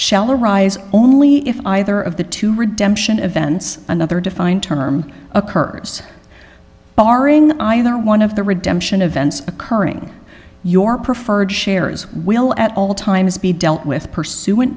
shall arise only if either of the two redemption events another defined term a kurds barring either one of the redemption of events occurring your preferred shares will at all times be dealt with pursu